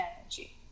energy